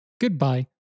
Goodbye